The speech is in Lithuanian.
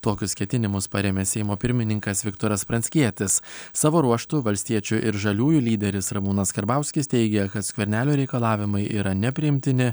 tokius ketinimus parėmė seimo pirmininkas viktoras pranckietis savo ruožtu valstiečių ir žaliųjų lyderis ramūnas karbauskis teigia kad skvernelio reikalavimai yra nepriimtini